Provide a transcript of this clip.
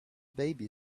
baby